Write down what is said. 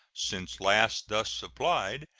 since last thus supplied,